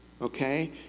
okay